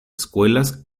escuelas